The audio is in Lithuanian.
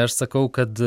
aš sakau kad